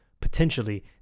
potentially